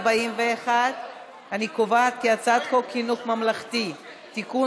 41. אני קובעת כי הצעת חוק חינוך ממלכתי (תיקון,